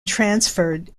transferred